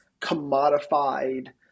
commodified